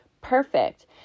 Perfect